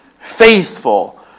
faithful